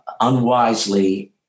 unwisely